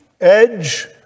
edge